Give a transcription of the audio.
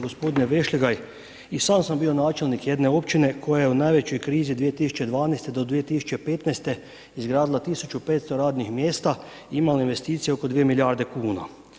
Gospodine Vešligaj i sam sam bio načelnik općine koja je u najvećoj krizi 2012. do 2015. izgradila 1.500 radnih mjesta, imala investicije oko 2 milijarde kuna.